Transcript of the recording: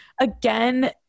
again